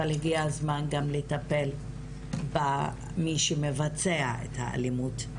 אבל הגיע הזמן גם לטפל במי שמבצע את האלימות,